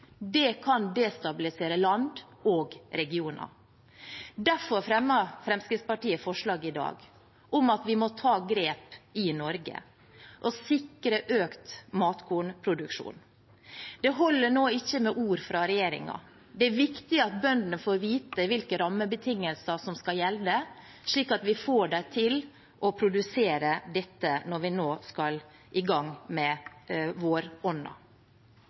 Det kan destabilisere land og regioner. Derfor fremmer Fremskrittspartiet forslag i dag om at vi må ta grep i Norge og sikre økt matkornproduksjon. Det holder nå ikke med ord fra regjeringen; det er viktig at bøndene får vite hvilke rammebetingelser som skal gjelde, slik at vi får dem til å produsere dette når de nå skal i gang med